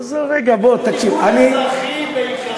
תיקון אזרחי בעיקרו.